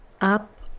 up